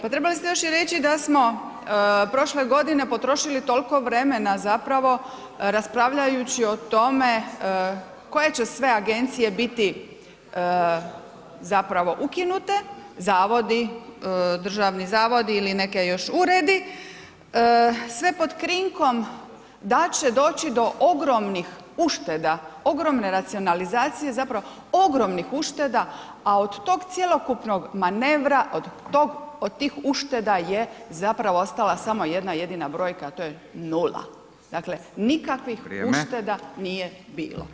Pa trebali ste još i reći da smo prošle godine potrošili toliko vremena zapravo raspravljajući o tome koje će sve agencije biti zapravo ukinute, zavodi, državni zavodi ili neki još uredi, sve pod krinkom da će doći do ogromnih ušteda, ogromne racionalizacije, zapravo ogromnih ušteda, a od toga cjelokupnog manevra, od tog, tih ušteda je zapravo ostala samo jedna, jedina brojka, a to j 0. Dakle, nikakvih ušteda [[Upadica: Vrijeme.]] nije bilo.